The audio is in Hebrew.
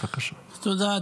תודה,